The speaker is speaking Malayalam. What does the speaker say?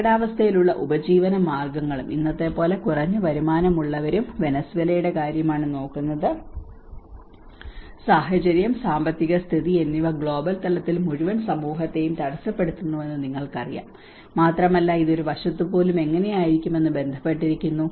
അപകടാവസ്ഥയിലുള്ള ഉപജീവനമാർഗങ്ങളും ഇന്നത്തെപ്പോലെ കുറഞ്ഞ വരുമാനമുള്ളവരും വെനസ്വേലയുടെ കാര്യമാണ് നോക്കുന്നത് സാഹചര്യം സാമ്പത്തിക സ്ഥിതി എന്നിവ ഗ്ലോബൽ തലത്തിൽ മുഴുവൻ സമൂഹത്തെയും തടസ്സപ്പെടുത്തുന്നുവെന്ന് നിങ്ങൾക്കറിയാം മാത്രമല്ല ഇത് ഒരു വശത്ത് പോലും എങ്ങനെയായിരിക്കുമെന്ന് ബന്ധപ്പെട്ടിരിക്കുന്നു